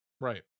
Right